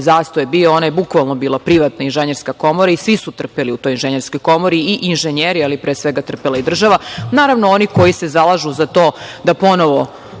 zastoj je bio, ona je bukvalno bila privatna inženjerska komora i svi su trpeli u toj inženjerskoj komori, i inženjeri, ali pre svega trpela je i država. Naravno, oni koji se zalažu za to da ponovo